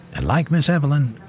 and like ms. evelyn,